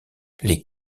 les